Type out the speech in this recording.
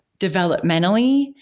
developmentally